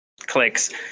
clicks